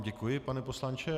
Děkuji vám, pane poslanče.